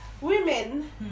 women